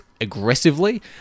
aggressively